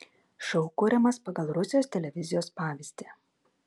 šou kuriamas pagal rusijos televizijos pavyzdį